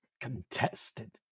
Contested